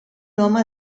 home